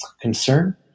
concern